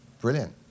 brilliant